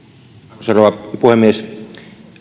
arvoisa rouva puhemies